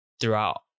throughout